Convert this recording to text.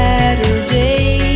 Saturday